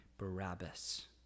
Barabbas